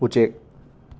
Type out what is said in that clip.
ꯎꯆꯦꯛ